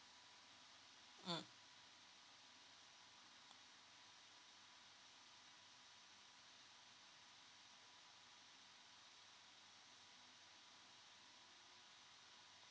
mm